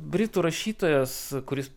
britų rašytojas kuris